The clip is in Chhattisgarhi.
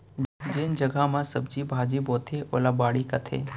जेन जघा म सब्जी भाजी बोथें ओला बाड़ी कथें